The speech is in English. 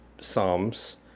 Psalms